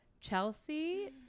Chelsea